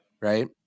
Right